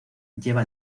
lleva